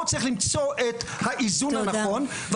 פה צריך למצוא את האיזון הנכון,